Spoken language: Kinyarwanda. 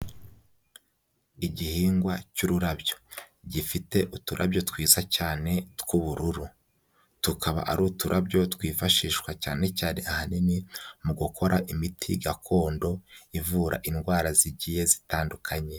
Igihingwa cy'ururabyo, gifite uturabyo twiza cyane tw'ubururu, tukaba ari uturabyo twifashishwa cyane cyane ahanini mu gukora imiti gakondo ivura indwara zigiye zitandukanye.